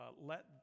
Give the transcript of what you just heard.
let